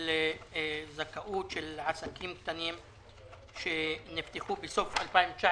זכאות של עסקים קטנים שנפתחו בסוף 2019